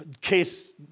case